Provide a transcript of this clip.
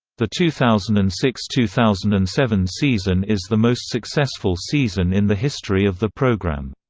the two thousand and six two thousand and seven season is the most successful season in the history of the program.